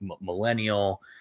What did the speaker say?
millennial